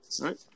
Right